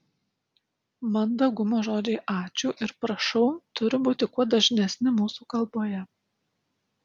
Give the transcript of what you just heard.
mandagumo žodžiai ačiū ir prašau turi būti kuo dažnesni mūsų kalboje